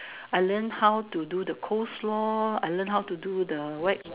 I learn how to do the Coleslaw I learn how to do the